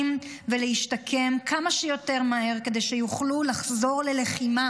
ולהשתקם כמה שיותר מהר כדי שיוכלו לחזור ללחימה,